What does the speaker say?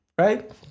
Right